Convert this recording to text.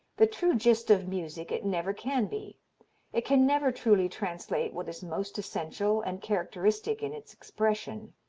the true gist of music it never can be it can never truly translate what is most essential and characteristic in its expression.